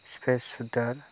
space सुटार